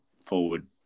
forward